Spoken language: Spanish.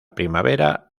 primavera